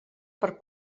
per